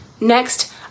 Next